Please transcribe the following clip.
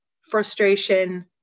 frustration